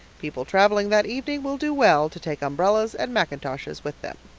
people traveling that evening will do well to take umbrellas and mackintoshes with them.